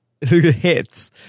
hits